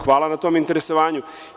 Hvala na tom interesovanju.